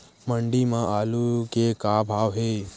मंडी म आलू के का भाव हे?